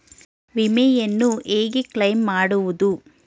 ವಿಮೆಯನ್ನು ಹೇಗೆ ಕ್ಲೈಮ್ ಮಾಡುವುದು?